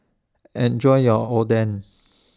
Enjoy your Oden